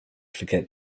forget